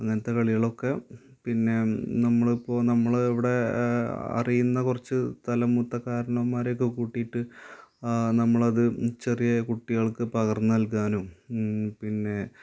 അങ്ങനത്തെ കളികളൊക്കെ പിന്നെ നമ്മളിപ്പോള് നമ്മള് ഇവിടെ അറിയുന്ന കുറച്ച് തലമൂത്ത കാർന്നോന്മാരെയൊക്കെ കൂട്ടിയിട്ട് നമ്മളത് ചെറിയ കുട്ടികൾക്ക് പകർന്ന് നൽകാനും പിന്നെ